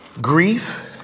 grief